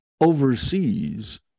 overseas